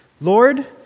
Lord